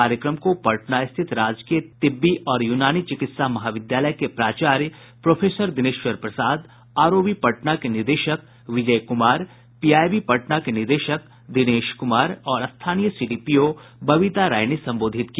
कार्यक्रम को पटना स्थित राजकीय तिब्बी और यूनानी चिकित्सा महाविद्यालय के प्राचार्य प्रोफेसर दिनेश्वर प्रसाद आरओबी पटना के निदेशक विजय कुमार पीआईबी पटना के निदेशक दिनेश कुमार और स्थानीय सीडीपीओ बबीता राय ने संबोधित किया